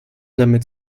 damit